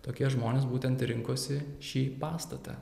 tokie žmonės būtent ir rinkosi šį pastatą